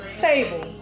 table